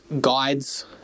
guides